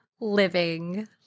living